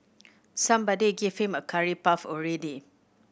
somebody give him a curry puff already